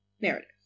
narrative